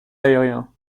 aérien